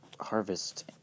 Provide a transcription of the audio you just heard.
harvest